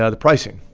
ah the pricing.